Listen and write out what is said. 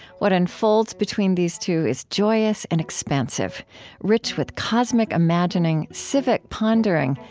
what unfolds between these two is joyous and expansive rich with cosmic imagining, civic pondering,